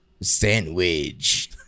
Sandwich